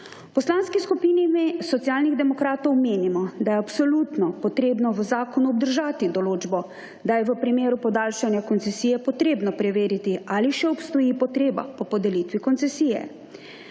Poslanski skupini SD menimo, da je absolutno potrebno v zakonu obdržati določbo, da je v primeru podaljšanja koncesije potrebno preveriti ali še obstoji potreba po podelitvi koncesije.